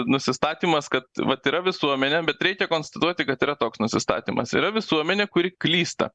nusistatymas kad vat yra visuomenė bet reikia konstatuoti kad yra toks nusistatymas yra visuomenė kuri klysta